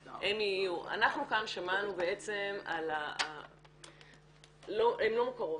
אנחנו כאן שמענו בעצם, הן לא מוכרות.